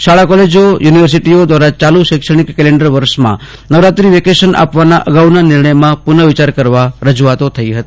શાળા કોલેજો યુનિવર્સિટીઓ દ્વારા ચાલુ શૈક્ષણિક કેલેન્ડર વર્ષમાં નવરાત્રિ વેકેશન આપવા અગાઉના નિર્ણયમાં પુનઃ વિચાર કરવા રજૂઆતો થઈ હતી